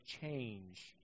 change